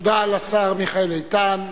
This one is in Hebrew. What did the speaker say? תודה לשר מיכאל איתן,